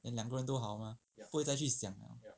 then 两个人都好 mah 不用再去想 liao